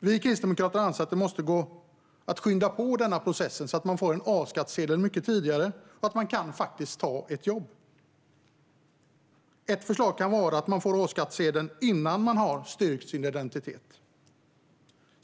Vi kristdemokrater anser att det måste gå att skynda på denna process så att man får en A-skattsedel mycket tidigare och faktiskt kan ta ett jobb. Ett förslag kan vara att man får A-skattsedel innan man har styrkt sin identitet.